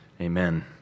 amen